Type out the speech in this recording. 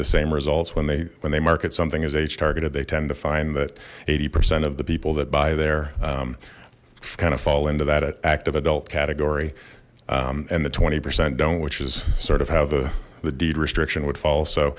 the same results when they when they market something as age targeted they tend to find that eighty percent of the people that buy there kind of fall into that active adult category and the twenty percent don't which is sort of how the the deed restriction would fall so